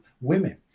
women